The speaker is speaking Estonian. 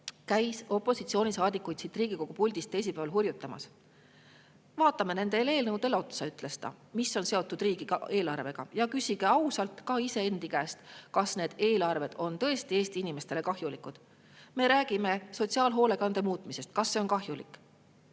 käis opositsioonisaadikuid siit Riigikogu puldist teisipäeval hurjutamas. "Vaatame nendele eelnõudele otsa," ütles ta, "mis on seotud riigieelarvega, ja küsige ausalt ka iseendi käest, kas need eel[nõud] on tõesti Eesti inimestele kahjulikud." Me räägime sotsiaalhoolekande muutmisest – kas see on kahjulik?